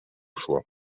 choix